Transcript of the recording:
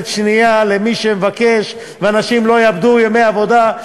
שנייה למי שמבקש ואנשים לא יאבדו ימי עבודה.